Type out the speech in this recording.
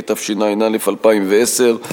התשע"א 2010,